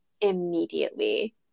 immediately